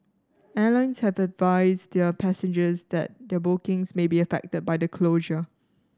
airlines have advised their passengers that their bookings may be affected by the closure